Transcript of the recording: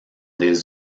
des